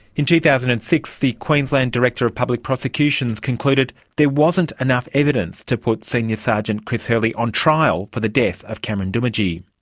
in two thousand and six, the queensland director of public prosecutions concluded there wasn't enough evidence to put senior sergeant chris hurley on trial for the death of cameron doomadgee.